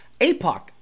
APOC